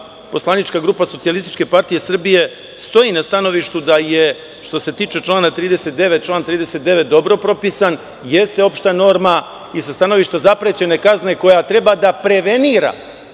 poslanička grupa SPS stoji na stanovištu da je, što se tiče člana 39, član 39. dobro propisan, jeste opšta norma i sa stanovišta zaprećene kazne, koja treba da prevenira,